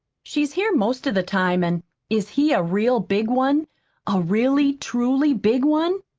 she's here most of the time, and is he a real big one a really, truly big one?